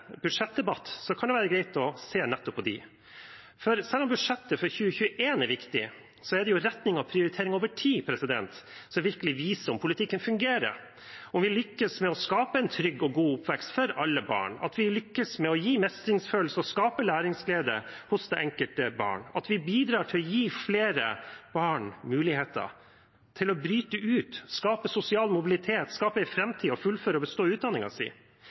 budsjettdebatt, kan det være greit å se nettopp på dem. Selv om budsjettet for 2021 er viktig, er det retning og prioritering over tid som virkelig viser om politikken fungerer, om vi lykkes med å skape en trygg og god oppvekst for alle barn, at vi lykkes med å gi mestringsfølelse og skape læringsglede hos det enkelte barn, at vi bidrar til å gi flere barn mulighet til å bryte ut, skape sosial mobilitet, skape en framtid og fullføre og bestå